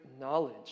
knowledge